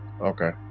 Okay